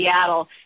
Seattle